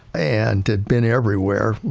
and had been everywhere,